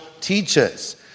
teaches